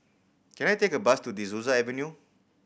can I take a bus to De Souza Avenue